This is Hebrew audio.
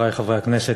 חברי חברי הכנסת,